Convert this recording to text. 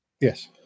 Yes